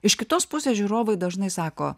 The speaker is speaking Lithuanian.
iš kitos pusės žiūrovai dažnai sako